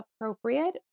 appropriate